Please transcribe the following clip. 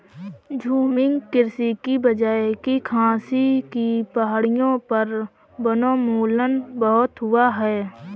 झूमिंग कृषि की वजह से खासी की पहाड़ियों पर वनोन्मूलन बहुत हुआ है